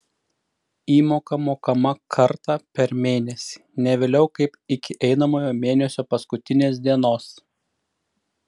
įmoka mokama kartą per mėnesį ne vėliau kaip iki einamojo mėnesio paskutinės dienos